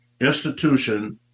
institution